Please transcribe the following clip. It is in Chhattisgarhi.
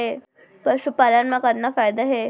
पशुपालन मा कतना फायदा हे?